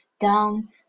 down